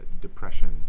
depression